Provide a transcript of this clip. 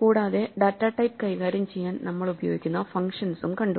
കൂടാതെ data type കൈകാര്യം ചെയ്യാൻ നമ്മൾ ഉപയോഗിക്കുന്ന ഫങ്ഷൻസും കണ്ടു